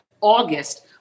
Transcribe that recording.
August